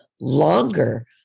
longer